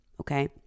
Okay